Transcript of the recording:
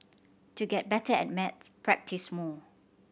to get better at maths practise more